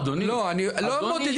אדוני, אין דברים